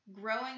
growing